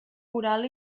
oral